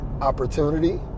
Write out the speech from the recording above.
opportunity